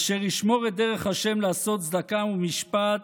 אשר ישמור את ערך השם לעשות צדקה ומשפט